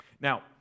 Now